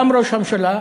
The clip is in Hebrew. גם ראש הממשלה,